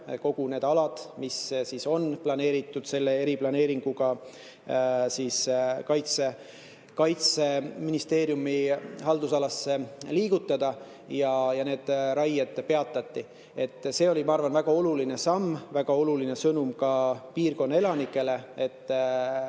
üle need alad, mis on selle eriplaneeringuga planeeritud Kaitseministeeriumi haldusalasse liigutada, ja need raied peatati. See oli, ma arvan, väga oluline samm, väga oluline sõnum ka piirkonna elanikele, et